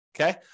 okay